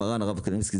קניבסקי,